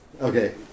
Okay